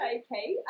okay